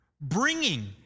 bringing